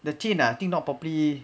the think not properly